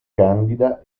candida